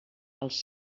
els